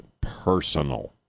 personal